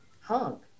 hug